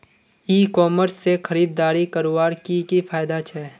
ई commerce से खरीदारी करवार की की फायदा छे?